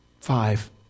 five